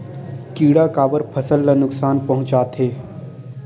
किड़ा काबर फसल ल नुकसान पहुचाथे?